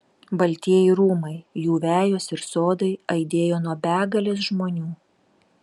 baltieji rūmai jų vejos ir sodai aidėjo nuo begalės žmonių